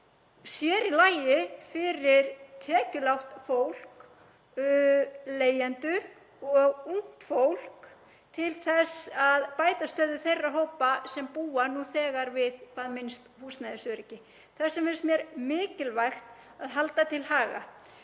sér í lagi fyrir tekjulágt fólk, leigjendur og ungt fólk til þess að bæta stöðu þeirra hópa sem búa nú þegar við hvað minnst húsnæðisöryggi. Þessu finnst mér mikilvægt að halda til haga.